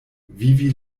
vivi